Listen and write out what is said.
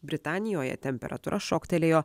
britanijoje temperatūra šoktelėjo